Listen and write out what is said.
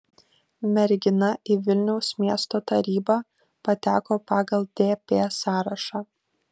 mergina į vilniaus miesto tarybą pateko pagal dp sąrašą